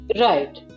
Right